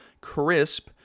crisp